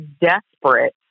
desperate